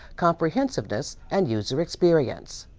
comprehensiveness and user experience.